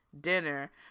dinner